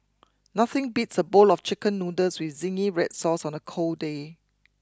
nothing beats a bowl of chicken noodles with zingy Red Sauce on a cold day